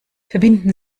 verbinden